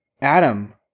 Adam